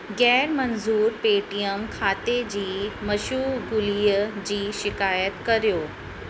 ग़ैर मंज़ूरु पेटीअम खाते जी मशूग़ूलीअ जी शिकायत करियो